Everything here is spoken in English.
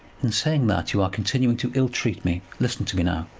in saying that, you are continuing to ill-treat me. listen to me now.